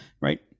Right